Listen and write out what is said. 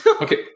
Okay